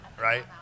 right